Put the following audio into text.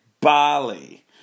Bali